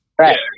Right